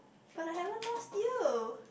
but I haven't lost you